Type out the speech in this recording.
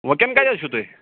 ؤنکٮ۪ن کَتہِ حظ چھُو تُہۍ